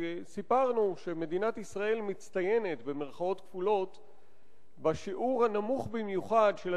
וסיפרתי שמדינת ישראל "מצטיינת" בשיעור הנמוך במיוחד של